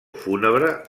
fúnebre